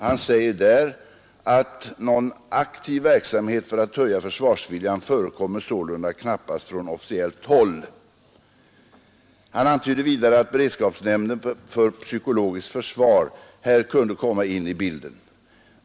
Han säger där att ”någon aktiv verksamhet för att höja försvarsviljan förekommer sålunda knappast från officiellt håll”. Han antyder vidare att beredskapsnämnden för psykologiskt försvar här kunde komma in i bilden.